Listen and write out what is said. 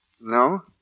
No